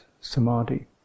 samadhi